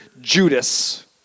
Judas